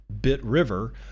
BitRiver